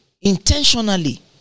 intentionally